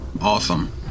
awesome